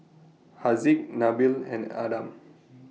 Haziq Nabil and Adam